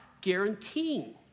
guaranteeing